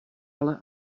ale